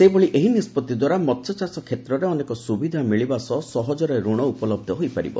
ସେହିଭଳି ଏହି ନିଷ୍ପତ୍ତି ଦ୍ୱାରା ମସ୍ୟଚାଷ କ୍ଷେତ୍ରରେ ଅନେକ ସୁବିଧା ମିଳିବା ସହ ସହଜରେ ରଣ ଉପଲବ୍ଧ ହୋଇପାରିବ